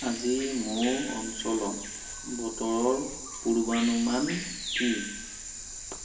আজি মোৰ অঞ্চলত বতৰৰ পূৰ্বানুমান কি